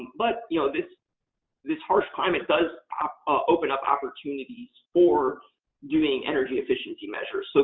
but you know this this harsh climate does open up opportunities for doing energy efficiency measures. so